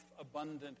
abundant